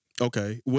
Okay